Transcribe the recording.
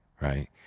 Right